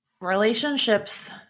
Relationships